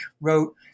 wrote